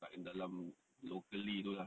kat yang dalam locally tu lah